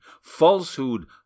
falsehood